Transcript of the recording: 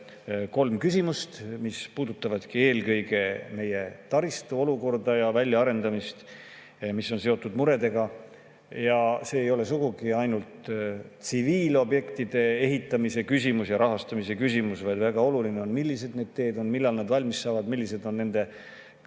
kolm küsimust, mis puudutavad eelkõige meie taristu olukorda ja väljaarendamist, mis on seotud muredega. Ja see ei ole sugugi ainult tsiviilobjektide ehitamise küsimus ja rahastamise küsimus, vaid väga oluline on, millised need teed on, millal nad valmis saavad, milline on nende